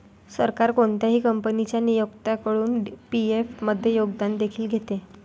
सरकार कोणत्याही कंपनीच्या नियोक्त्याकडून पी.एफ मध्ये योगदान देखील घेते